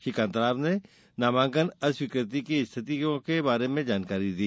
श्री कांता राव ने नामांकन अस्वीकृति की स्थितियों के बारे में भी जानकारी दी